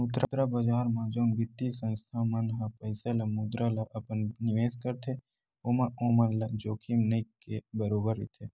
मुद्रा बजार म जउन बित्तीय संस्था मन ह पइसा ल मुद्रा ल अपन निवेस करथे ओमा ओमन ल जोखिम नइ के बरोबर रहिथे